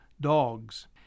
dogs